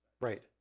Right